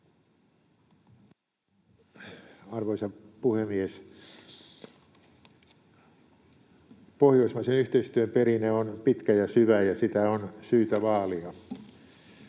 Arvoisa puhemies! Pohjoismaisen yhteistyön perinne on pitkä ja syvä, ja sitä on syytä vaalia.